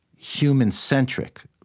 human-centric,